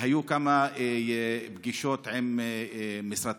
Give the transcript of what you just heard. היו כמה פגישות עם משרדך,